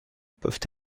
peuvent